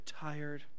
tired